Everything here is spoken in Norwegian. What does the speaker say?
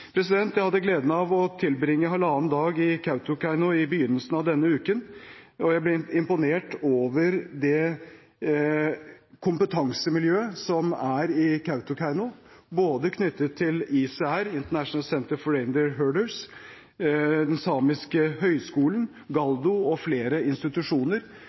Jeg hadde gleden av å tilbringe halvannen dag i Kautokeino i begynnelsen av denne uken, og jeg ble imponert over det kompetansemiljøet som er i Kautokeino, både knyttet til ICR – The International Centre for Reindeer Husbandry – Samisk høgskole, Gáldu og flere institusjoner